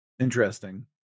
Interesting